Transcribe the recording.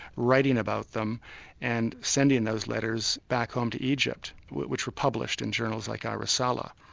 writing about them and sending those letters back home to egypt, which were published in journals like al-risala.